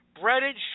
Breaded